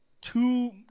two